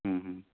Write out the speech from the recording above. ಹ್ಞೂ ಹ್ಞೂ